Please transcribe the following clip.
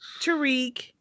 Tariq